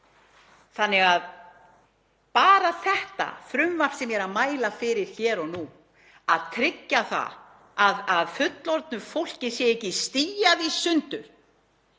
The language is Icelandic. hefur. Bara þetta frumvarp sem ég er að mæla fyrir hér og nú, að tryggja það að fullorðnu fólki sé ekki stíað í sundur